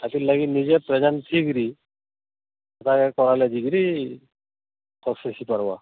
ହେଥିର୍ ଲାଗି ନିଜେ ପ୍ରେଜେନ୍ସ୍ ହେଇକିରି ହେତାକେ କରାଲେ ଯାଇକିରି ସକସେସ୍ ହେଇ କର୍ବା